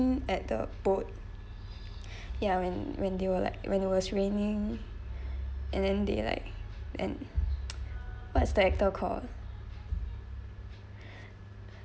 same at the boat ya when when they were like when there was raining and then they like and what's the actor called